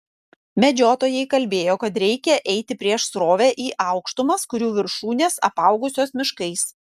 medžiotojai kalbėjo kad reikią eiti prieš srovę į aukštumas kurių viršūnės apaugusios miškais